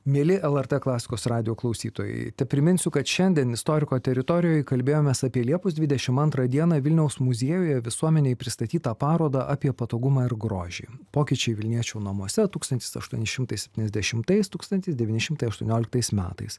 mieli lrt klasikos radijo klausytojai tepriminsiu kad šiandien istoriko teritorijoj kalbėjomės apie liepos dvidešim antrą dieną vilniaus muziejuje visuomenei pristatytą parodą apie patogumą ir grožį pokyčiai vilniečių namuose tūkstantis aštuoni šimtai septyniasdešimtais tūkstantis devyni šimtai aštuonioliktais metais